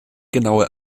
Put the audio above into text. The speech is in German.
genauer